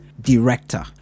director